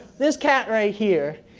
this cat right here.